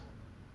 you know